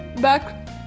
back